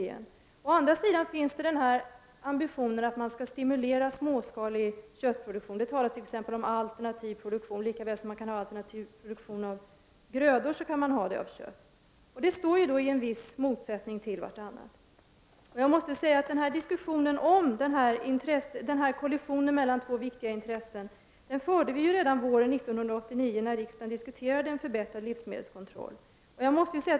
Men å andra sidan finns ambitionen att man skall stimulera småskalig köttproduktion. Det talas t.ex. om alternativ produktion i fråga om kött på samma sätt som i fråga om grödor. Dessa saker står då till viss del i ett motsatsförhållande till varandra. Denna diskussion om en kollision mellan två viktiga intressen förde vi redan våren 1989 här i riksdagen, då vi diskuterade en förbättring av livsmedelskontrollen.